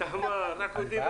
זו דת חשובה.